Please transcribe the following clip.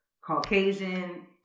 caucasian